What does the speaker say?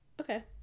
Okay